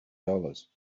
dollars